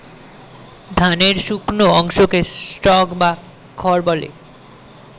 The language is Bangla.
ধানের শুকনো অংশকে স্ট্র বা খড় বলে